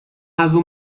ازاون